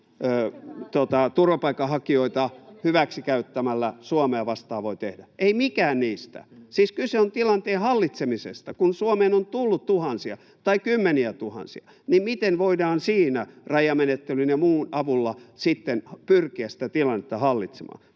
turvapaikanhakijoita hyväksikäyttämällä Suomea vastaan voi tehdä, ei mikään niistä. Siis kyse on tilanteen hallitsemisesta. Kun Suomeen on tullut tuhansia tai kymmeniätuhansia, niin miten voidaan siinä rajamenettelyn ja muun avulla sitten pyrkiä sitä tilannetta hallitsemaan?